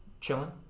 chilling